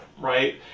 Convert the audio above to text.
right